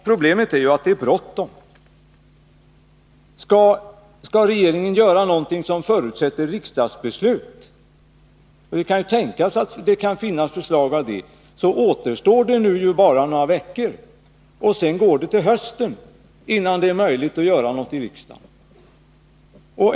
Problemet är ju att det är bråttom. Skall regeringen göra någonting som förutsätter riksdagsbeslut — det kan tänkas att det finns förslag om det — så återstår nu bara några veckor. Sedan dröjer det till hösten innan det är möjligt att göra någonting här i riksdagen.